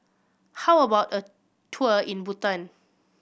how about a tour in Bhutan